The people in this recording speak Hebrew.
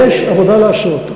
יש עבודה לעשות,